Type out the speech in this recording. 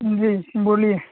जी बोलिए